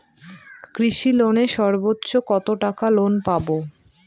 কৃষি লোনে সর্বোচ্চ কত টাকা লোন পাবো?